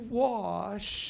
wash